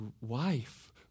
wife